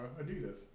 Adidas